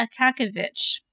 Akakovich